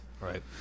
Right